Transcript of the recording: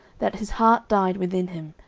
that his heart died within him,